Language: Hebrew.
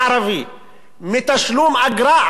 מתשלום אגרה, עד שיהיה,